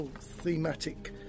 thematic